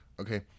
Okay